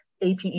APE